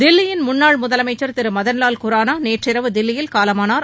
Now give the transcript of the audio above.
தில்லியின் முன்னாள் முதலமைச்சர் திரு மதன்வால் குரானா நேற்றிரவு தில்லியில் காலமானார்